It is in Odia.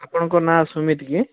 ଆପଣଙ୍କ ନାଁ ସୁମିତ କି